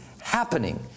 happening